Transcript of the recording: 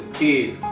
kids